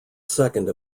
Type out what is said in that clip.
second